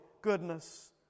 goodness